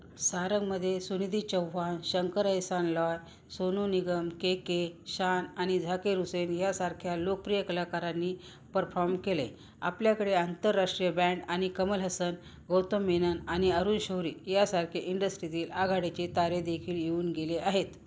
सारंगमध्ये सुनिधी चौहान शंकर एहसान लॉय सोनू निगम के के शान आणि झाकीर हुसेन यासारख्या लोकप्रिय कलाकारांनी परफॉर्म केले आपल्याकडे आंतरराष्ट्रीय बँड आणि कमल हसन गौतम मेनन आणि अरुण शौरी यासारखे इंडस्ट्रीतील आघाडीचे तारे देखील येऊन गेले आहेत